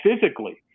physically